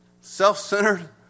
self-centered